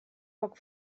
poc